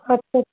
अच्छ